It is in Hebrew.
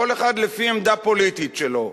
כל אחד לפי העמדה הפוליטית שלו.